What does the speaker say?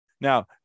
Now